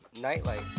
nightlight